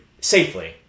safely